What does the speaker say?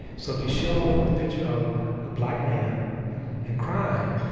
so, if you show the picture of a black man and crime,